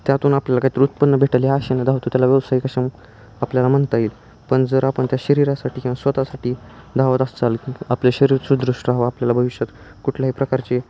त्यातून आपल्याला काही तरी उत्पन्न भेटले ह्या आशेने धावतो त्याला व्यवसायिक अशा आपल्याला म्हणता येईल पण जर आपण त्या शरीरासाठी किंवा स्वताःसाठी धावत असाल की आपले शरीर सुुदृष्ट हवं आपल्याला भविष्यात कुठल्याही प्रकारचे